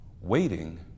Waiting